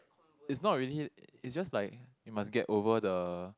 is not really is just like you must get over the